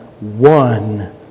One